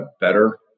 better